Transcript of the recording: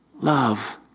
love